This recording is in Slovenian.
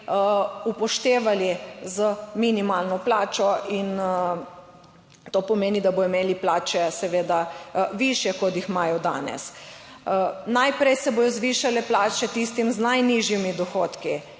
upoštevali z minimalno plačo, in to pomeni, da bodo imeli plače seveda višje, kot jih imajo danes. Najprej se bodo zvišale plače tistim z najnižjimi dohodki,